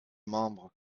membre